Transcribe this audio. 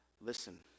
Listen